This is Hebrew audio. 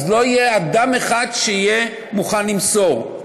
אז לא יהיה אדם אחד שיהיה מוכן למסור.